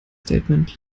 statement